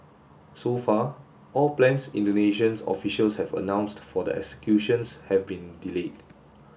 so far all plans Indonesians officials have announced for the executions have been delayed